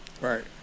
Right